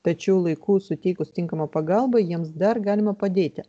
tačiau laiku suteikus tinkamą pagalbą jiems dar galima padėti